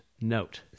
note